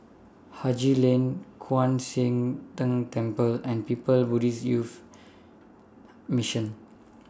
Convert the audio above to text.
Haji Lane Kwan Siang Tng Temple and Buddhist Youth Mission